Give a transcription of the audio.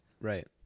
Right